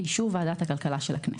באישור ועדת הכלכלה של הכנסת.